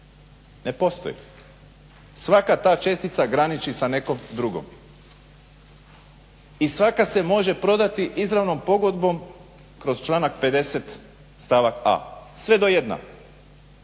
Ne postoji. Svaka ta čestica graniči sa nekom drugom i svaka se može prodati izravnom pogodbom kroz članak 50. stavak a sve do jedna.